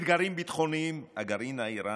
אתגרים ביטחוניים, הגרעין האיראני.